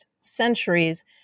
centuries